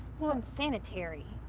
unsanitary.